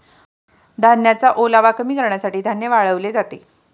धान्याचा ओलावा कमी करण्यासाठी धान्य वाळवले जाते